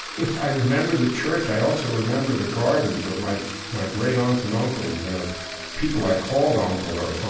if i remember the church, i also remember the gardens of my my great-aunts and uncles, and of people i called uncle or